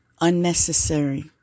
unnecessary